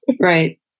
right